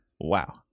wow